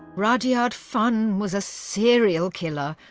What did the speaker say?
rudyard funn was a serial killer,